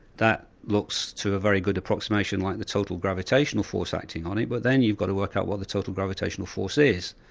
that looks to a very good approximation like the total gravitational force acting on it, but then you've got to work out what the total gravitational force is.